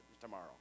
tomorrow